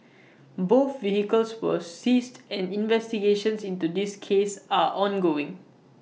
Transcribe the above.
both vehicles were seized and investigations into this cases are ongoing